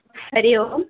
हरिः ओम्